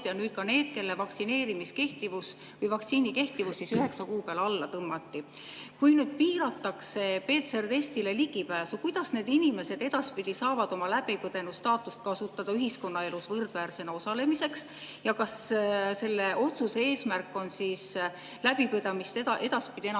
ja nüüd ka need, kelle vaktsineerituse kehtivus üheksa kuu peale tõmmati. Kui piiratakse PCR-testile ligipääsu, siis kuidas need inimesed edaspidi saavad oma läbipõdenu staatust kasutada ühiskonnaelus võrdväärsena osalemiseks? Ja kas selle otsuse eesmärk on läbipõdemist edaspidi enam